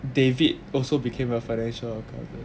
david also became a financial consultant